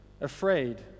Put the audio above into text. afraid